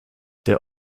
der